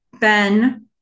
Ben